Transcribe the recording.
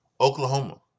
Oklahoma